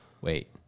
Wait